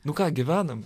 nu ką gyvenam